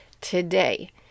today